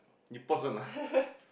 you pause one ah